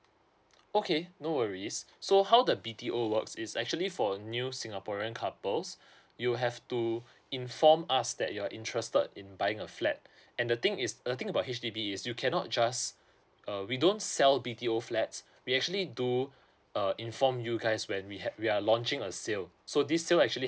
okay no worries so how the B_T_O works is actually for new singaporean couples you have to inform us that you're interested in buying a flat and the thing is a thing about H_D_B is you cannot just uh we don't sell B_T_O flats we actually do uh inform you guys when we had we are launching a sale so this sale actually